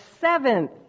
seventh